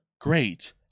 great